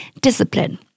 discipline